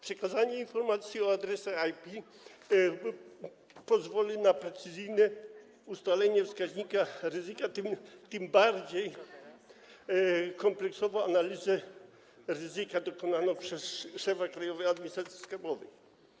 Przekazanie informacji o adresach IP pozwoli na precyzyjne ustalenie wskaźnika ryzyka oraz na bardziej kompleksową analizę ryzyka dokonaną przez szefa Krajowej Administracji Skarbowej.